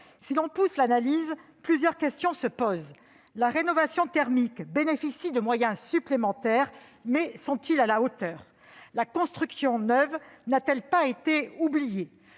Si l'on pousse l'analyse, plusieurs questions se posent : la rénovation thermique bénéficie de moyens supplémentaires, mais sont-ils à la hauteur ? La construction neuve n'a-t-elle pas été oubliée ?